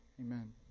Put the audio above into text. Amen